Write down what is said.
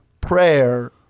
prayer